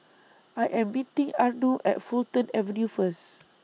I Am meeting Arno At Fulton Avenue First